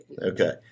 Okay